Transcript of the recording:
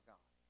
God